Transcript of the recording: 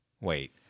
wait